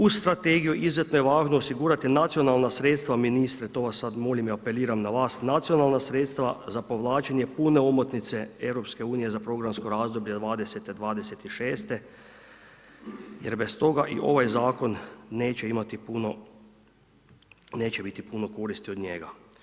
Uz strategiju izuzetno je važno osigurati nacionalna sredstva, ministre to vas sad molim i apeliram na vas, nacionalna sredstva za povlačenje pune omotnice EU za programsko razdoblje '20. '26. jer bez toga i ovaj zakon neće biti puno koristi od njega.